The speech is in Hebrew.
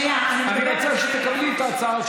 אני מציע שתקבלי את ההצעה שלו,